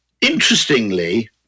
interestingly